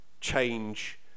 change